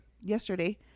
yesterday